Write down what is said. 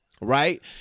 right